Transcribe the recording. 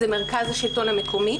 שזה מרכז השלטון המקומי,